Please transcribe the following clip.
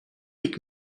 pick